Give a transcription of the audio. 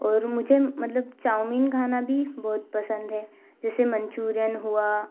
और मुझे मतलब चाऊमीन खाना भी बहुत पसंद है जैसे मंचुरियन हुआ